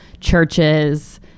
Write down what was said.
churches